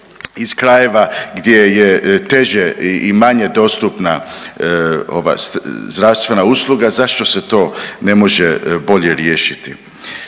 iz krajeva gdje je teže i manje dostupna zdravstvena usluga zašto se to ne može bolje riješiti?